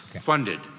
funded